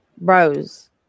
Rose